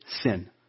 sin